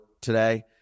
today